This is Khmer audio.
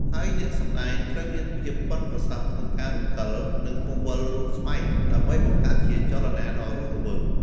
ហើយអ្នកសម្ដែងត្រូវមានភាពប៉ិនប្រសប់ក្នុងការរំកិល និងបង្វិលរូបស្បែក ដើម្បីបង្កើតជាចលនាដ៏រស់រវើក។